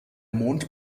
mond